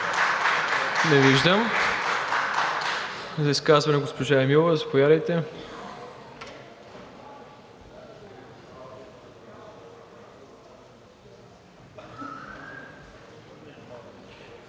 Не виждам. За изказване – госпожа Емилова, заповядайте.